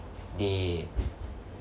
they